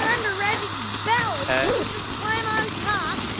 under reggie's belly, and you just climb on top.